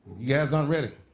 guys aren't ready?